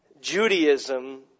Judaism